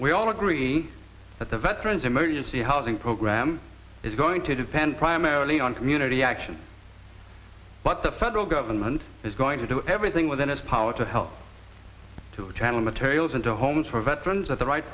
we all agree that the veterans emergency housing program is going to depend primarily on community action but the federal government is going to do everything within its power to help to channel materials into homes for veterans at the right